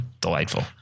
delightful